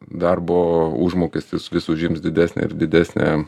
darbo užmokestis vis užims didesnę ir didesnę